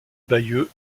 bayeux